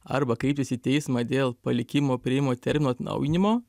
arba kreiptis į teismą dėl palikimo priėmimo termino atnaujinimo